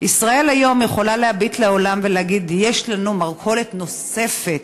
ישראל היום יכולה להביט לעולם ולהגיד: יש לנו מרכולת נוספת.